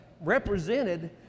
represented